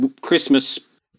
Christmas